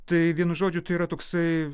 tai vienu žodžiu tai yra toksai